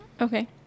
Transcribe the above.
Okay